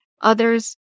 others